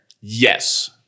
Yes